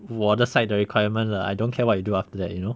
我的 side 的 requirement lah I don't care what you do after that you know